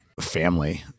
family